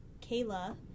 Kayla